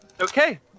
Okay